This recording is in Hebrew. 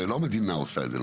הרי לא המדינה עושה את זה,